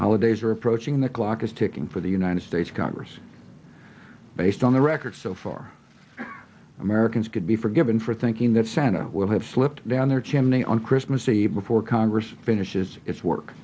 alla days are approaching the clock is ticking for the united states congress based on the record so far americans could be forgiven for thinking that santa will have slipped down their chimney on christmas eve before congress finishes its work